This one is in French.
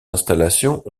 installations